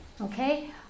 Okay